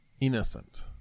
Innocent